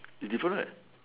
is different right